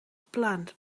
planned